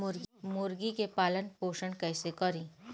मुर्गी के पालन पोषण कैसे करी?